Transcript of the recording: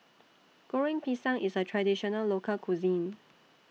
Goreng Pisang IS A Traditional Local Cuisine